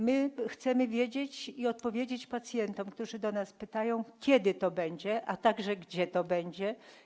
My chcemy wiedzieć, co odpowiedzieć pacjentom, którzy nas pytają, kiedy to będzie, a także gdzie to będzie.